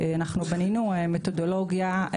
בנינו מתודולוגיה.